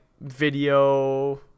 video